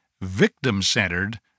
victim-centered